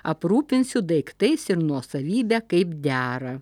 aprūpinsiu daiktais ir nuosavybe kaip dera